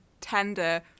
tender